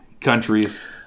countries